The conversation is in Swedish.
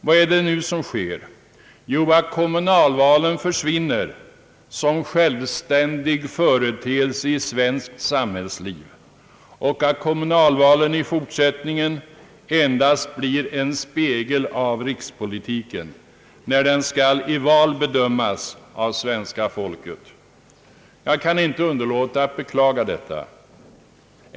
Vad är det nu som sker? Jo, att kommunalvalen försvinner som självständig företeelse i svenskt samhällsliv och att kommunalvalen i fortsättningen endast blir en spegel av rikspolitiken, när den i val skall bedömas av svenska folket. Jag kan inte underlåta att beklaga detta.